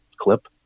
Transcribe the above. clip